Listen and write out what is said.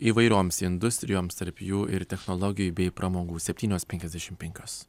įvairioms industrijoms tarp jų ir technologijų bei pramogų septynios penkiasdešim penkios